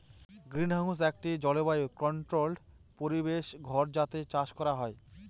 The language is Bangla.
গ্রিনহাউস একটি জলবায়ু কন্ট্রোল্ড পরিবেশ ঘর যাতে চাষ করা হয়